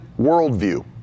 worldview